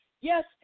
yes